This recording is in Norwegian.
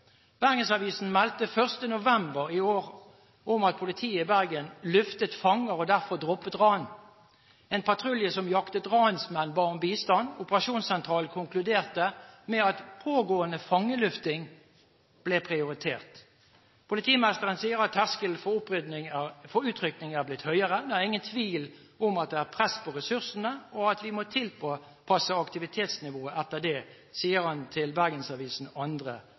meldte 1. november i år om at politiet i Bergen luftet fanger og derfor droppet å bistå etter ran. En patrulje som jaktet på ransmenn, ba om bistand. Operasjonssentralen konkluderte med at pågående fangelufting ble prioritert. Politimesteren sier at terskelen for utrykninger er blitt høyere. «Det er ingen tvil om at det er press på ressursene og at vi må tilpasse aktivitetsnivået etter det.» Dette sier han til Bergensavisen